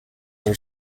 are